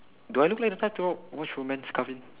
do I look like the type to watch romance Calvin